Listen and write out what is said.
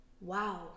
Wow